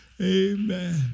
amen